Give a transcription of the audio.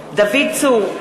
בעד דוד צור,